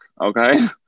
Okay